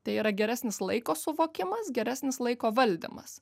tai yra geresnis laiko suvokimas geresnis laiko valdymas